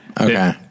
Okay